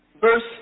verse